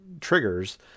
triggers